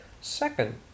Second